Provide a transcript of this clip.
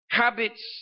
habits